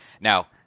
Now